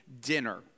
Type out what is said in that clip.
dinner